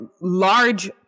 large